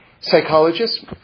psychologist